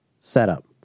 setup